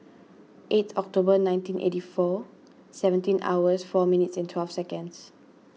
eight October nineteen eighty four seventeen hours four minutes and twelve seconds